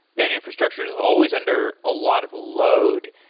that infrastructure is always under a lot of load.